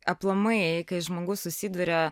aplamai kai žmogus susiduria